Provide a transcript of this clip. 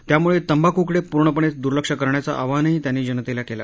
त्यामुळे तंबाखूकडे पुर्णपणे दुर्लक्ष करण्याचं आवाहनही त्यांनी जनतेला केलं